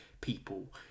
people